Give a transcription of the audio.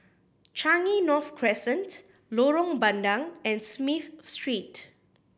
Changi North Crescent Lorong Bandang and Smith Street